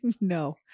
no